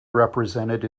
represented